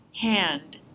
hand